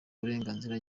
burenganzira